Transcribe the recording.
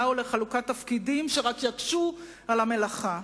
ולחלוקת תפקידים שרק יקשו את המלאכה.